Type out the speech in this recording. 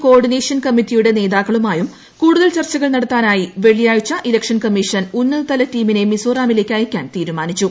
കോ ordination ക്രിമ്മിറ്റിയുടെ നേതാക്കളുമായും കൂടുതൽ ചർച്ചകൾ നടത്താനായി ്വെള്ളിയാഴ്ച ഇലക്ഷൻ കമ്മീഷൻ ഉന്നതതല ടീമിന്റെ മിസോറാമിലേക്ക് അയയ്ക്കാൻ തീരുമാനിച്ചു